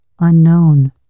unknown